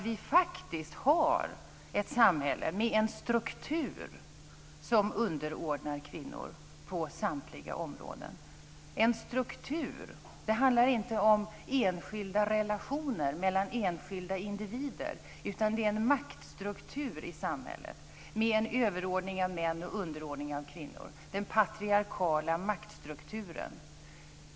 Vi har ett samhälle med en struktur som underordnar kvinnor på samtliga områden. Det handlar inte om enskilda relationer mellan enskilda individer, utan det finns en maktstruktur i samhället med överordning av män och underordning av kvinnor, den patriarkala maktstrukturen.